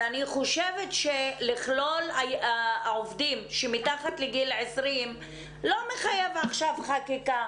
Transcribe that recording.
אני חושבת שלכלול עובדים מתחת לגיל 20 לא מחייב עכשיו חקיקה.